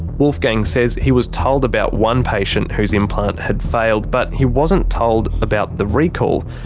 wolfgang says he was told about one patient whose implant had failed, but he wasn't told about the recall.